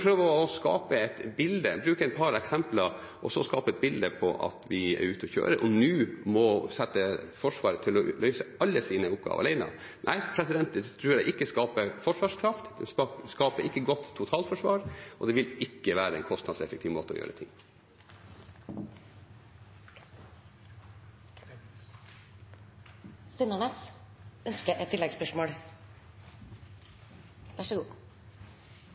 å bruke et par eksempler og så skape et bilde av at vi er ut å kjøre og nå må sette Forsvaret til å løse alle sine oppgaver alene – nei, det tror jeg ikke skaper forsvarskraft, det skaper ikke godt totalforsvar, og det vil ikke være en kostnadseffektiv måte å gjøre ting på. Steinar Ness